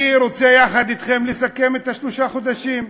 אני רוצה יחד אתכם לסכם את שלושת החודשים.